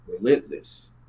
relentless